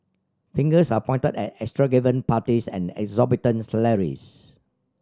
fingers are pointed at parties and exorbitant salaries